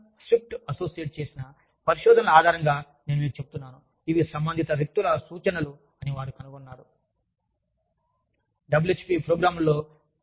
Dixon Swift Associates Dixon Swift Associates చేసిన పరిశోధనల ఆధారంగా నేను మీకు చెప్తున్నాను ఇవి సంబంధిత వ్యక్తుల సూచనలు అని వారు కనుగొన్నారు